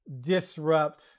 disrupt